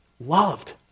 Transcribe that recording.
Loved